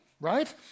right